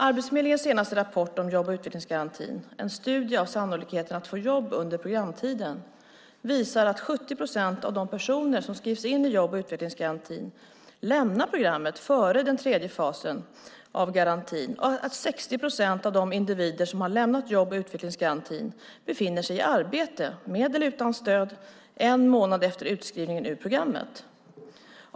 Arbetsförmedlingens senaste rapport om jobb och utvecklingsgarantin - En studie av sannolikheten att få jobb under programtiden - visar att 70 procent av de personer som skrivs in i jobb och utvecklingsgarantin lämnar programmet före den tredje fasen av garantin och att 60 procent av de individer som har lämnat jobb och utvecklingsgarantin befinner sig i arbete, med eller utan stöd, en månad efter utskrivningen ur programmet.